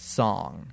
song